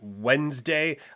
Wednesday